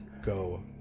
go